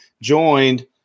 joined